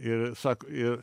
ir sak i